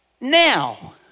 Now